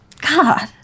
God